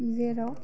जेराव